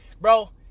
bro